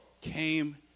came